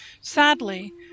Sadly